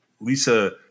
Lisa